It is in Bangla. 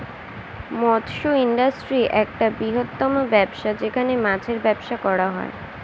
মৎস্য ইন্ডাস্ট্রি একটা বৃহত্তম ব্যবসা যেখানে মাছের ব্যবসা করা হয়